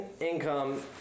income